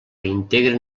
integren